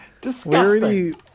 Disgusting